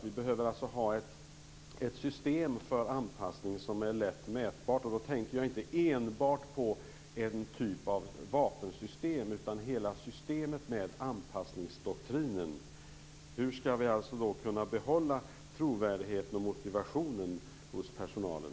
Vi behöver alltså ha ett system för anpassning som är lätt mätbart. Jag tänker då inte enbart på en typ av vapensystem utan hela systemet med anpassningsdoktrinen. Hur skall vi alltså kunna behålla trovärdighet och motivation hos personalen?